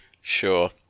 Sure